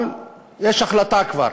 אבל יש החלטה כבר,